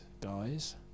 guys